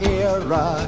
era